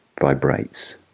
vibrates